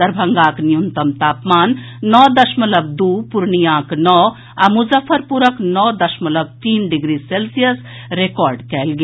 दरभंगाक न्यूनतम तापमान नओ दशमलव दू पूर्णियांक नओ आ मुजफ्फरपुरक नओ दशमलव तीन डिग्री सेल्सियस रिकॉर्ड कयल गेल